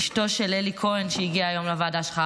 אשתו של אלי כהן שהגיעה היום לוועדה שלך.